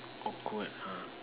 awkward